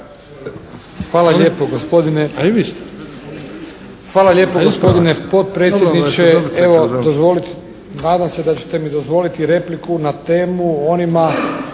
Krešimir (HDZ)** Hvala lijepo, gospodine potpredsjedniče. Evo, nadam se da ćete mi dozvoliti repliku na temu o onima